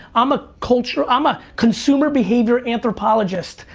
i'm a culture, i'm a consumer behavior anthropologist.